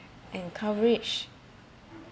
and coverage